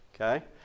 okay